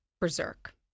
berserk